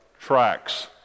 tracks